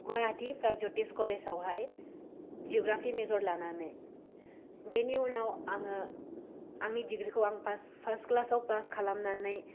गुवाहाटी प्रागज्यतिच कलेजावहाय geography major लानानै बेनि उनाव आङो आंनि डिग्रिखौ फार्स्ट क्लासाव पास खालामनानै